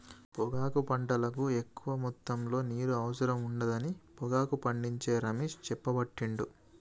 పొగాకు పంటకు ఎక్కువ మొత్తములో నీరు అవసరం ఉండదని పొగాకు పండించే రమేష్ చెప్పబట్టిండు